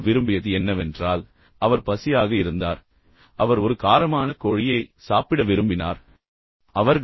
அவர் விரும்பியது என்னவென்றால் அவர் பசியாக இருந்தார் அவர் ஒரு காரமான கோழியை சாப்பிட விரும்பினார் இப்போது அது ஒரு பெரிய உணவகம்